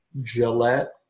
Gillette